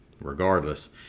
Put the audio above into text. Regardless